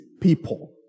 people